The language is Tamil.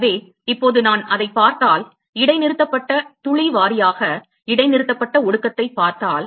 எனவே இப்போது நான் அதை பார்த்தால் இடைநிறுத்தப்பட்ட துளி வாரியாக இடைநிறுத்தப்பட்ட ஒடுக்கத்தைப் பார்த்தால்